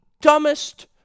dumbest